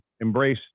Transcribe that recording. embrace